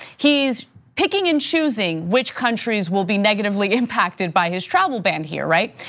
he's picking and choosing which countries will be negatively impacted by his travel ban here, right?